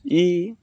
ଇ